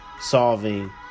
solving